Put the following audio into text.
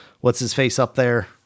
What's-His-Face-Up-There